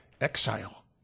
Exile